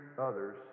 others